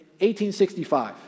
1865